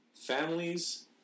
families